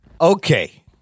Okay